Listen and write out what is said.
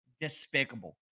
despicable